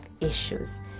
issues